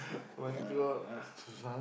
uh